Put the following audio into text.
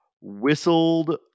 whistled